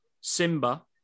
Simba